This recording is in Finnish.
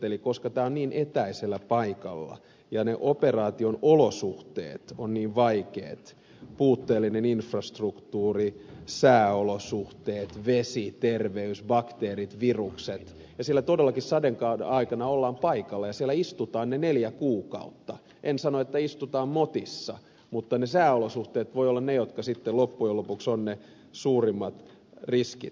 eli koska tämä on niin etäisellä paikalla ja ne operaation olosuhteet ovat niin vaikeat puutteellinen infrastruktuuri sääolosuhteet vesi terveys bakteerit virukset ja siellä todellakin sadekauden aikana ollaan paikallaan ja siellä istutaan ne neljä kuukautta en sano että istutaan motissa ne sääolosuhteet voivat olla ne jotka loppujen lopuksi ovat ne suurimmat riskit